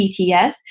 BTS